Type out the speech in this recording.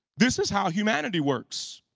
this is how humanity works.